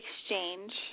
exchange